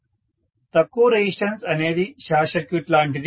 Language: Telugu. ప్రొఫెసర్ తక్కువ రెసిస్టెన్స్ అనేది షార్ట్ సర్క్యూట్ లాంటిది